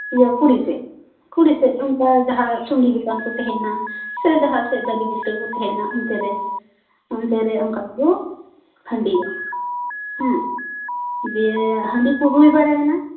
ᱤᱭᱟᱹ ᱠᱩᱲᱤ ᱥᱮᱫ ᱠᱩᱲᱤ ᱥᱮᱫ ᱱᱚᱝᱠᱟ ᱡᱟᱦᱟᱸ ᱥᱩᱸᱰᱤ ᱫᱚᱠᱟᱱ ᱠᱚ ᱛᱟᱦᱮᱸᱱᱟ ᱥᱮ ᱡᱟᱦᱟᱸ ᱥᱮᱜ ᱫᱟᱨᱮ ᱵᱩᱴᱟᱹ ᱠᱚ ᱛᱟᱦᱮᱸᱱᱟ ᱚᱱᱛᱮᱨᱮ ᱚᱱᱛᱮᱨᱮ ᱚᱱᱠᱟ ᱠᱚ ᱠᱷᱟᱸᱰᱤᱭᱟ ᱦᱮᱸ ᱫᱤᱭᱮ ᱦᱟᱺᱰᱤ ᱠᱚ ᱦᱩᱭ ᱵᱟᱲᱟᱭᱱᱟ